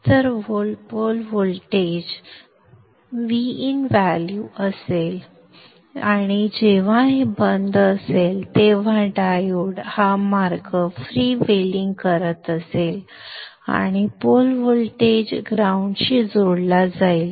तर pole voltage Vin value असेल आणि जेव्हा हे बंद असेल तेव्हा डायोड हा मार्ग फ्रीव्हीलिंग करत असेल आणि पोल व्होल्टेज ग्राउंड शी जोडला जाईल